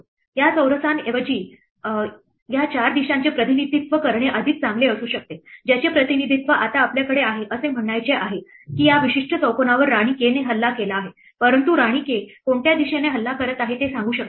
या चौरसांऐवजी या 4 दिशांचे प्रतिनिधित्व करणे अधिक चांगले असू शकते ज्याचे प्रतिनिधित्व आता आपल्याकडे आहे असे म्हणायचे आहे की या विशिष्ट चौकोनावर राणी k ने हल्ला केला आहे परंतु राणी k कोणत्या दिशेने हल्ला करत आहे हे ते सांगू शकत नाही